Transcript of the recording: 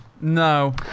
no